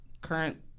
current